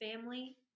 family